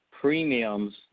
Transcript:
premiums